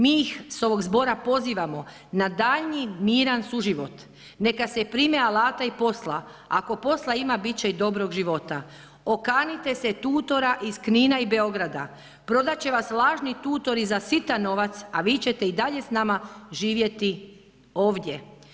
Mi ih s ovog zbora pozivamo na daljnji miran suživot, neka se prime alata i posla, ako posla ima biti će i dobrog života, okanite se tutora iz Knina i Beograda, prodati će vas lažni tutori za sitan novac a vi ćete i dalje s nama živjeti ovdje.